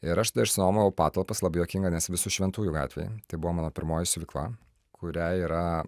ir aš tada išsinuomojau patalpas labai juokinga nes visų šventųjų gatvėj tai buvo mano pirmoji siuvykla kuriai yra